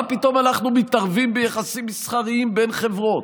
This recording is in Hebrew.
מה פתאום אנחנו מתערבים ביחסים מסחריים בין חברות?